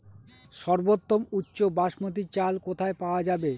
সর্বোওম উচ্চ বাসমতী চাল কোথায় পওয়া যাবে?